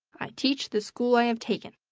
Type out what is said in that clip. i teach the school i have taken.